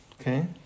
okay